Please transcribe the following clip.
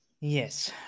Yes